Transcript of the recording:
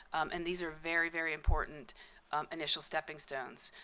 and these are very, very important initial stepping stones.